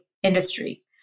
industry